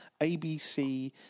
ABC